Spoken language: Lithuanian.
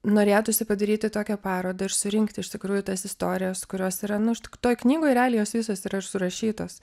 norėtųsi padaryti tokią parodą ir surinkti iš tikrųjų tas istorijas kurios yra nu š toj knygoj realiai jos visos yra surašytos